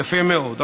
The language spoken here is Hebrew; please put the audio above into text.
יפה מאוד.